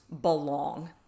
belong